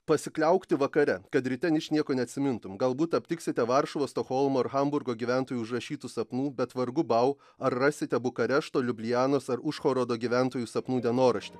pasikliaukti vakare kad ryte ničnieko neatsimintumei galbūt aptiksite varšuvos stokholmo ir hamburgo gyventojų užrašytų sapnų bet vargu bau ar rasite bukarešto liublianos ar užhorodo gyventojų sapnų dienoraštį